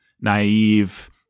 naive